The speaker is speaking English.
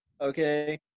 Okay